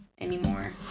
anymore